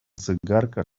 zegarka